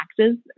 taxes